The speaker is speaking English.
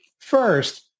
First